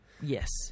yes